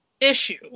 issue